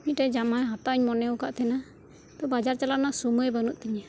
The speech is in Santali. ᱢᱤᱫᱴᱟᱱ ᱡᱟᱢᱟ ᱦᱟᱛᱟᱣ ᱤᱧ ᱢᱚᱱᱮᱭᱟᱠᱟᱫ ᱛᱟᱦᱮᱱᱟ ᱛᱚ ᱵᱟᱡᱟᱨ ᱪᱟᱞᱟᱜ ᱨᱮᱭᱟᱜ ᱥᱩᱢᱟᱹᱭ ᱵᱟᱱᱩᱜ ᱠᱟᱫ ᱛᱤᱧᱟᱹ